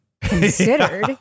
Considered